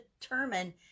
determine